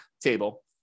table